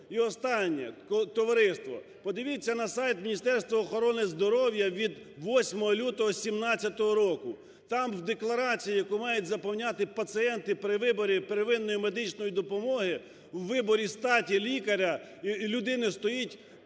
І останнє. Товариство, подивіться на сайт Міністерства охорони здоров'я від 8 лютого 17 року. Там в декларації, яку мають заповняти пацієнти при виборі первинної медичної допомоги, у виборі статі лікаря, людини стоїть